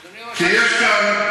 אדוני ראש הממשלה, כשיש כאן,